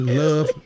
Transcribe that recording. love